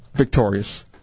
victorious